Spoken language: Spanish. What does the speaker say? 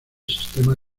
sistema